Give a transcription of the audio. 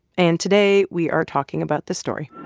and today, we are talking about this story